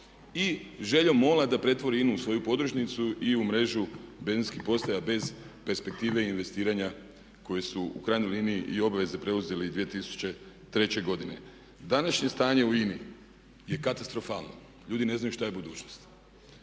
i željom MOL-a da pretvori INA-u u svoju podružnicu i u mrežu benzinskih postaja bez perspektive i investiranja koji su u krajnjoj linije i obveze koje su preuzeli 2003. godine. Današnje stanje u INA-i je katastrofalno. Ljudi ne znaju što je budućnost.